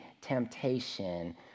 temptation